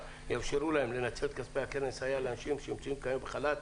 שיאפשרו לה לנצל את כספי הקרן ולסייע לאנשים שנמצאים כיום בחל"ת